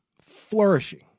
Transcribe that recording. flourishing